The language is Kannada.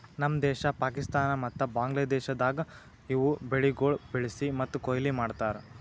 ನಮ್ ದೇಶ, ಪಾಕಿಸ್ತಾನ ಮತ್ತ ಬಾಂಗ್ಲಾದೇಶದಾಗ್ ಇವು ಬೆಳಿಗೊಳ್ ಬೆಳಿಸಿ ಮತ್ತ ಕೊಯ್ಲಿ ಮಾಡ್ತಾರ್